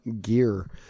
gear